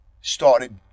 started